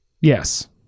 Yes